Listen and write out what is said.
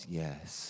yes